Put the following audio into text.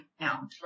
now